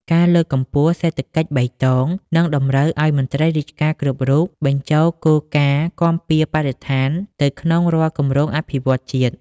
ការលើកកម្ពស់ "សេដ្ឋកិច្ចបៃតង" នឹងតម្រូវឱ្យមន្ត្រីរាជការគ្រប់រូបបញ្ចូលគោលការណ៍គាំពារបរិស្ថានទៅក្នុងរាល់គម្រោងអភិវឌ្ឍន៍ជាតិ។